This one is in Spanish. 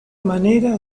manera